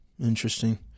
Interesting